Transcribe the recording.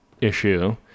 issue